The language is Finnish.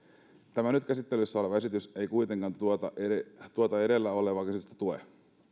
tämä nyt käsittelyssä oleva esitys ei kuitenkaan tuota tuota edellä olevaa käsitystä tue